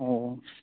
ᱳᱻ